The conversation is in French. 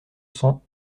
cent